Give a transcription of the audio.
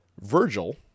Virgil